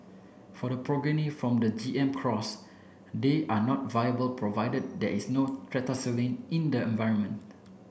for the progeny from the G M cross they are not viable provided there is no tetracycline in the environment